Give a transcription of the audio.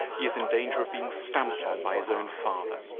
he is in danger of being stamped on by his own father.